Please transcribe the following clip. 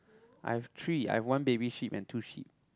I have three I have one baby sheep and two sheep